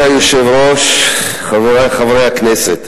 היושב-ראש, חברי חברי הכנסת,